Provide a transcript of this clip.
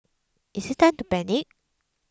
is it time to panic